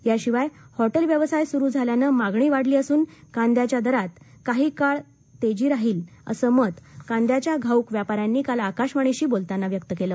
याशिवाय हॉटेल व्यवसाय सुरू झाल्यानं मागणी वाढली असून कांद्याच्या दरात काही काळ तरी तेजी पाहायला मिळेल असं मत कांद्याच्या घाऊक व्यापान्यांनी काल आकाशवाणीशी बोलताना सांगितलं